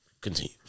Continue